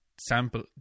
sample